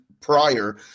prior